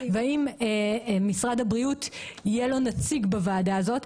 והאם למשרד הבריאות יהיה נציג בוועדה הזאת?